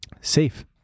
safe